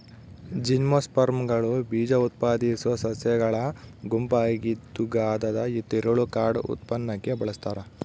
ಜಿಮ್ನೋಸ್ಪರ್ಮ್ಗಳು ಬೀಜಉತ್ಪಾದಿಸೋ ಸಸ್ಯಗಳ ಗುಂಪಾಗಿದ್ದುಕಾಗದದ ತಿರುಳು ಕಾರ್ಡ್ ಉತ್ಪನ್ನಕ್ಕೆ ಬಳಸ್ತಾರ